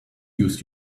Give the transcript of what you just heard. use